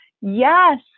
Yes